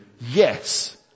yes